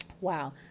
wow